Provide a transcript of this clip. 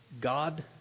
God